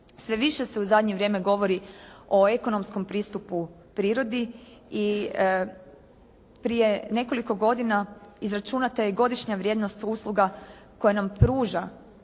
Sve više se u zadnje vrijeme govori o ekonomskom pristupu prirodi i prije nekoliko godina izračunata je godišnja vrijednost usluga koja nam pruža